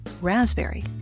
Raspberry